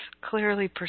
clearly